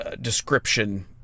description